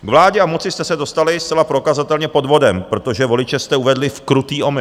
K vládě a moci jste se dostali zcela prokazatelně podvodem, protože voliče jste uvedli v krutý omyl.